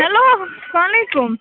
hello سلام علیکُم